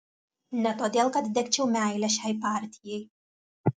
ne todėl kad degčiau meile šiai partijai